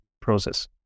process